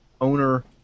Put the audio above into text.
owner